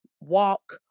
walk